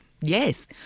Yes